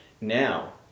Now